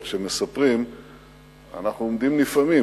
אבל כשמספרים אנחנו עומדים נפעמים,